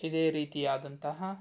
ಇದೇ ರೀತಿಯಾದಂತಹ